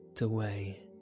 away